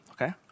okay